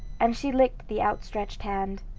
and she licked the outstretched hand.